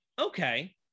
Okay